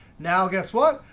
now guess what?